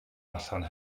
allan